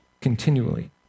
continually